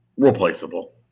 Replaceable